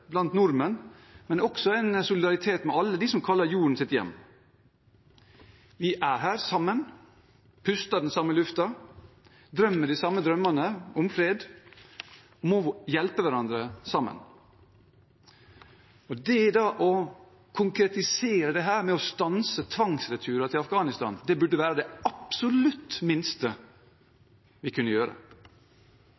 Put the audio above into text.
blant nordmenn, men også en solidaritet med alle dem som kaller jorden sitt hjem. Vi er her sammen, puster den samme luften, drømmer de samme drømmene om fred, må hjelpe hverandre sammen. Det da å konkretisere dette ved å stanse tvangsreturer til Afghanistan burde være det absolutt minste